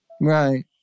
Right